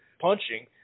punching